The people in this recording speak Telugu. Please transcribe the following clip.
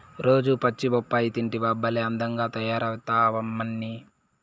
రోజూ పచ్చి బొప్పాయి తింటివా భలే అందంగా తయారైతమ్మన్నీ